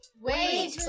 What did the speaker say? Wait